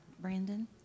Brandon